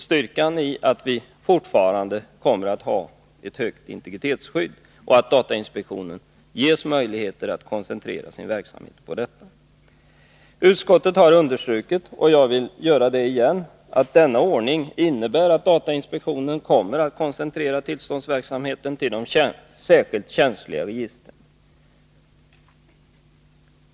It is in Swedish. Styrkan däri är att vi fortsättningsvis kommer att ha ett högt integritetsskydd och att datainspektionen i sin verksamhet ges möjligheter att koncentrera sig på detta. Utskottet har understrukit — även jag vill göra det — att denna ordning innebär att datainspektionen kommer att koncentrera tillståndsverksamheten till de särskilt känsliga registren.